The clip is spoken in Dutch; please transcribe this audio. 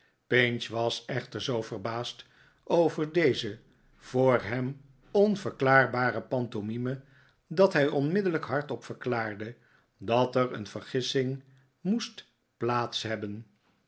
pinch was echter zoo verbaasd over deze voor hem onverklaarbare pantomime dat hij onmiddellijk hardop verklaarde dat er een vergissing moest plaats hebben